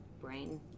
brain